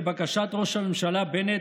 לבקשת ראש הממשלה בנט,